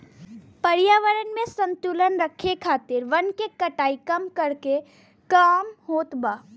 पर्यावरण में संतुलन राखे खातिर वन के कटाई कम करके काम होत बा